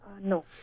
No